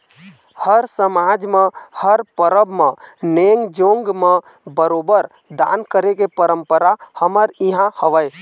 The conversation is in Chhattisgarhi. हर समाज म हर परब म नेंग जोंग म बरोबर दान करे के परंपरा हमर इहाँ हवय